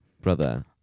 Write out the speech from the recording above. brother